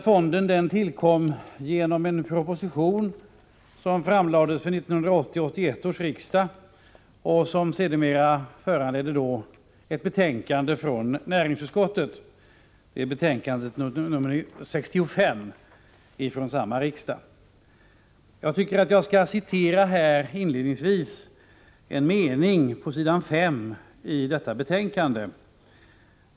Fonden tillkom genom en proposition som framlades för 1980/81 års riksmöte och som då föranledde ett betänkande från näringsutskottet, betänkande nr 65 från samma riksmöte. Jag vill inledningsvis gärna citera en mening på s. 5 i detta betänkande.